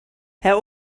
herr